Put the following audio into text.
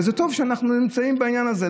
וזה טוב שאנחנו נמצאים בעניין הזה.